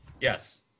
Yes